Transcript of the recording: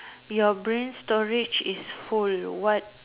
your brain storage is full what